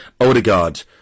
Odegaard